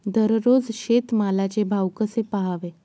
दररोज शेतमालाचे भाव कसे पहावे?